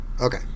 Okay